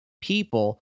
people